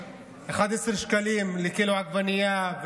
11 שקלים לקילו עגבנייה,